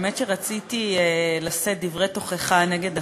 האמת שרציתי לשאת דברי תוכחה נגד החוק,